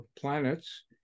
planets